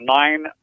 nine